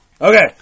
Okay